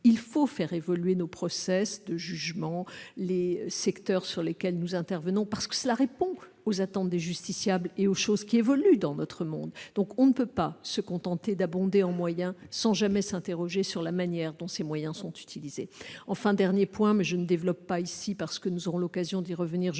Il faut faire évoluer nos de jugement et les secteurs sur lesquels nous intervenons, parce que cela répond aux attentes des justiciables et aux évolutions générales de notre monde. On ne peut pas se contenter d'abonder la justice en moyens sans jamais s'interroger sur la manière dont ces moyens sont utilisés. J'en viens à mon dernier point, que je ne développerai pas, parce que nous aurons l'occasion d'y revenir